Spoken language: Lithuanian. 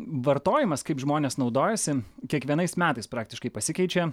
vartojimas kaip žmonės naudojasi kiekvienais metais praktiškai pasikeičia